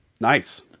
Nice